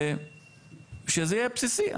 שזה יהיה בסיסי.